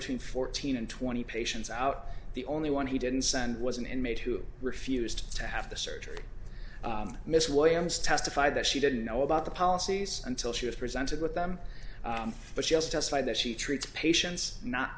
between fourteen and twenty patients out the only one he didn't send was an inmate who refused to have the surgery miss williams testified that she didn't know about the policies until she was presented with them but she also testified that she treats patients not